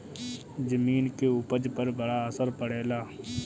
जमीन के उपज पर बड़ा असर पड़ेला